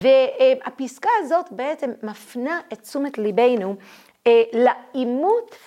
והפסקה הזאת בעצם מפנה את תשומת ליבנו לעימות.